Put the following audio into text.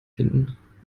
finden